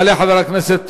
יעלה חבר הכנסת